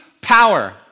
Power